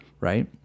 right